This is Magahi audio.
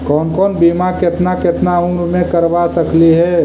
कौन कौन बिमा केतना केतना उम्र मे करबा सकली हे?